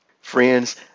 Friends